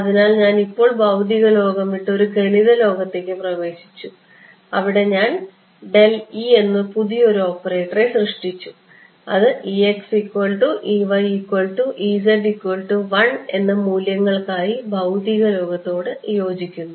അതിനാൽ ഞാൻ ഇപ്പോൾ ഭൌതിക ലോകം വിട്ട് ഒരു ഗണിത ലോകത്തേക്ക് പ്രവേശിച്ചു അവിടെ ഞാൻ എന്നൊരു പുതിയ ഓപ്പറേറ്ററെ സൃഷ്ടിച്ചു അത് എന്ന മൂല്യങ്ങൾക്കായി ഭൌതിക ലോകത്തോട് യോജിക്കുന്നു